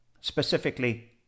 specifically